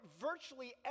virtually